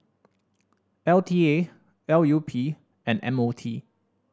L T A L U P and M O T